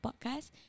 podcast